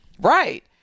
Right